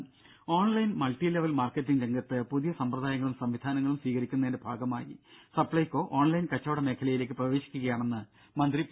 രും online multilevel marketing രംഗത്ത് പുതിയ സമ്പ്രദായങ്ങളും സംവിധാനങ്ങളും സ്വീകരിക്കുന്നതിന്റെ ഭാഗമായി സപ്പൈകോ ഓൺലൈൻ കച്ചവട മേഖലയിലേക്ക് പ്രവേശിക്കുകയാണെന്ന് മന്ത്രി പി